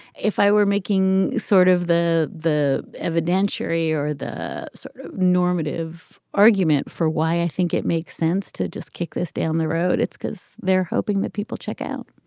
if i were making sort of the the evidentiary or the sort of normative argument for why, i think it makes sense to just kick this down the road it's because they're hoping that people check out